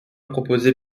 proposé